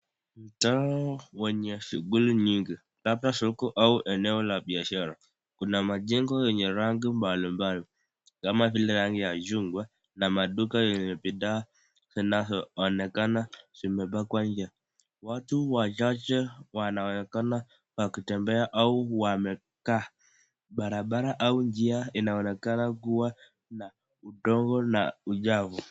Mtaa wenye shughuli nyingi, labda soko au eneo la biashara. Kuna majengo yenye rangi mbalimbali, kama vile rangi ya chungwa, na maduka yenye bidhaa zinazoonekana zimebakwa nje. Watu wachache wanaonekana wakitembea au wamekaa. Barabara au njia inaonekana kuwa na udongo na uchafu.